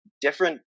different